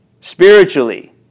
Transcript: Spiritually